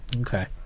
Okay